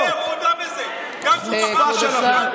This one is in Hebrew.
חוצפה שלכם.